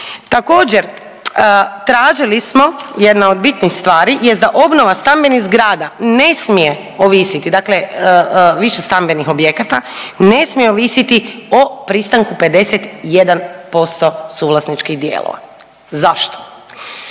Također tražili smo, jedna od bitnih stvari jest da obnova stambenih zgrada ne smije ovisiti, dakle višestambenih objekata ne smije ovisiti o pristanku 51% suvlasničkih dijelova. Zašto?